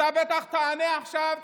אתה בטח תענה עכשיו,